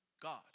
God